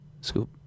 Scoop